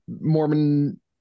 Mormon